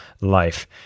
life